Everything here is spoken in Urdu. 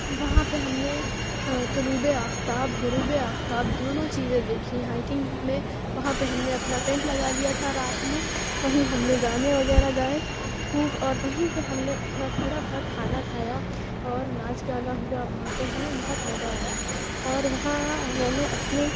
وہاں پہ ہم نے طلوع آفتاب غروب آفتاب دونوں چیزیں دیکھی ہائیکنگ میں وہاں پہ ہم نے اپنا ٹنیٹ لگا لیا تھا رات میں وہیں ہم نے گانے وغیرہ گائے خوب اور وہیں پہ ہم نے اپنا تھوڑا بہت کھانا کھایا اور ناچ گانا ہُوا وہاں پہ ہمیں بہت مزہ آیا اور وہاں میں نے اپنے